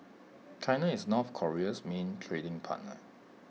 China is north Korea's main trading partner